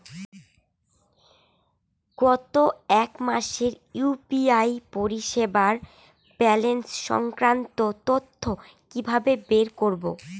গত এক মাসের ইউ.পি.আই পরিষেবার ব্যালান্স সংক্রান্ত তথ্য কি কিভাবে বের করব?